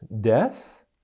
death